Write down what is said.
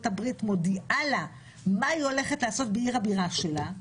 הברית מודיעה לה מה היא הולכת לעשות בעיר הבירה שלה.